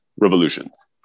Revolutions